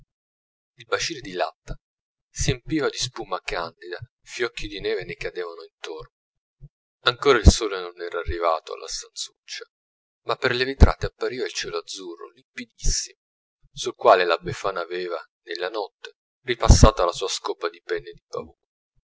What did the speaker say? il bacile di latta si empiva di spuma candida fiocchi di neve ne cadevano intorno ancora il sole non era arrivato alla stanzuccia ma per le vetrate appariva il cielo azzurro limpidissimo sul quale la befana aveva nella notte ripassata la sua scopa